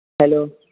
hello